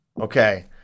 Okay